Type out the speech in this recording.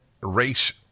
race